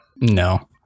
no